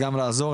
גם לעזור,